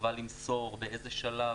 חובה למסור באיזה שלב.